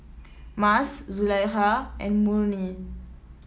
Mas Zulaikha and Murni